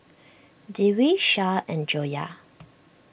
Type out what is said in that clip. Dewi Shah and Joyah